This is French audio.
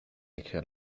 écrire